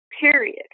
Period